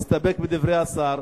מסתפק בדברי השר,